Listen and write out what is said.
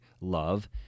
love